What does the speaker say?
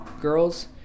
girls